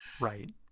Right